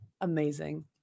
Amazing